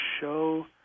show